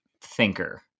thinker